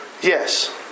Yes